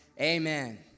Amen